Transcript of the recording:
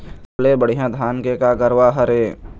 सबले बढ़िया धाना के का गरवा हर ये?